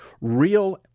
real